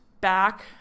back